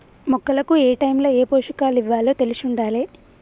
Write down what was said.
మొక్కలకు ఏటైముల ఏ పోషకాలివ్వాలో తెలిశుండాలే